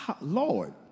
Lord